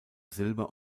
silber